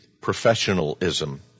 professionalism